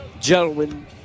Gentlemen